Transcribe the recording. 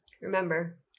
Remember